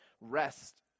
rest